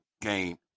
game